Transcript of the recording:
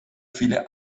viele